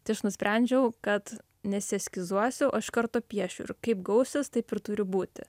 tai aš nusprendžiau kad nesieskizuosiu o iš karto piešiu ir kaip gausis taip ir turi būti